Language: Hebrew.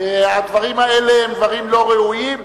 הדברים האלה הם דברים לא ראויים,